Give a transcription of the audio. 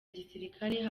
gisirikare